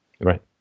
Right